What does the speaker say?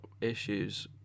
issues